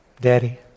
daddy